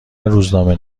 روزنامه